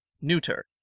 neuter